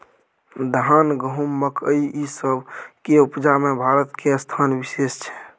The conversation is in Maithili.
धान, गहूम, मकइ, ई सब के उपजा में भारत के स्थान विशेष छै